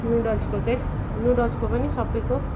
नुडल्सको चाहिँ नुडल्सको पनि सबैको